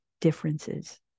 differences